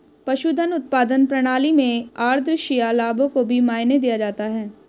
पशुधन उत्पादन प्रणाली में आद्रशिया लाभों को भी मायने दिया जाता है